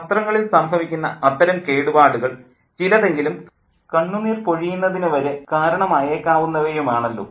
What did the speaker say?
വസ്ത്രങ്ങളിൽ സംഭവിക്കുന്ന അത്തരം കേടുപാടുകളിൽ ചിലതെങ്കിലും കണ്ണുനീർ പൊഴിയുന്നതിന് വരെ കാരണം ആയേക്കാവുന്നവയുമാണല്ലോ